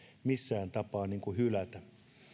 missään tapauksessa hylätä